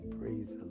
praise